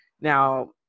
Now